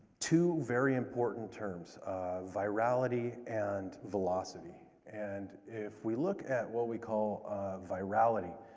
two very important terms, um virality, and velocity. and if we look at what we call virality,